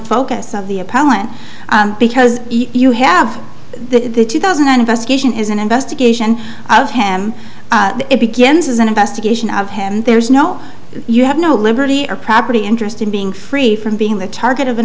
focus of the appellant because you have the two thousand and investigation is an investigation of him it begins as an investigation of him and there's no you have no liberty or property interest in being free from being the target of an